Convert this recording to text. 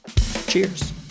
Cheers